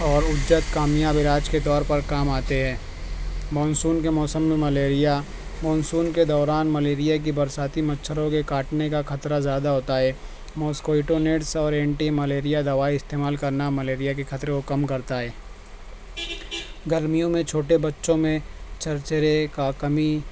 اور کامیاب علاج کے طور پر کام آتے ہیں مانسون کے موسم میں ملیریا مانسون کے دوران ملیریا کے برساتی مچھروں کے کاٹنے کا خطرہ زیادہ ہوتا ہے ماسکیٹو نیٹس اور اینٹی ملیریا دوائی استعمال کرنا ملیریا کے خطروں کو کم کرتا ہے گرمیوں میں چھوٹے بچوں میں چھرچھسرے کا کمی